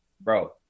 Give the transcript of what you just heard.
bro